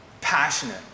passionate